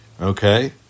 Okay